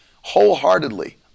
wholeheartedly